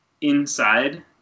inside